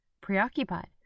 preoccupied